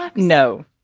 ah no.